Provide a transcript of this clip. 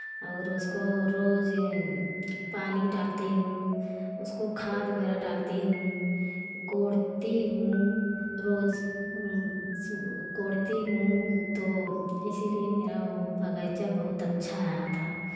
और उसको रोज़ पानी डालती हूँ उसको खाद वगैरह डालती हो गोड़ती हूँ रोज़ गोड़ती हूँ तो इसीलिए मेरा वो बगीचा बहुत अच्छा आया था